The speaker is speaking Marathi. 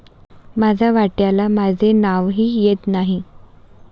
माझ्या वाट्याला माझे नावही येत नाही